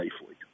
safely